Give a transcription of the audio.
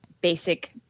basic